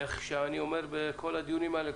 כפי שאני אומר בכל הדיונים האלה,